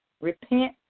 repent